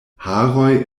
haroj